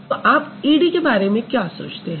तो आप ईडी के बारे में क्या सोचते हैं